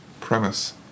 premise